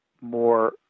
more